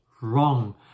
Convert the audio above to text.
wrong